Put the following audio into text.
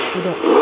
pergi tengok